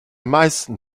meisten